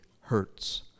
hurts